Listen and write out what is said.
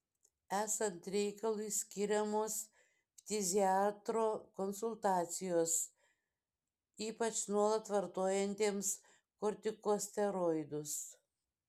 esant reikalui skiriamos ftiziatro konsultacijos ypač nuolat vartojantiems kortikosteroidus